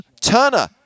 Turner